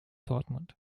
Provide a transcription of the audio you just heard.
dortmund